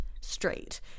straight